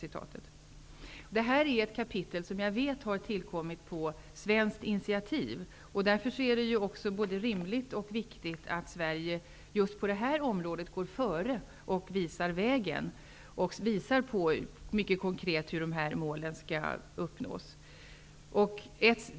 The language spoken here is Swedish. Jag vet att detta kapitel har tillkommit på svenskt initiativ. Därför är det både rimligt och viktigt att Sverige går före och visar vägen för hur målen konkret skall kunna uppnås.